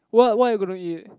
what what are you going to eat